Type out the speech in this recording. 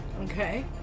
Okay